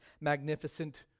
magnificent